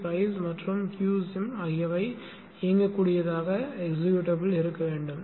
ngsim மற்றும் qsim ஆகியவை இயங்கக்கூடியதாக இருக்க வேண்டும்